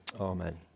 amen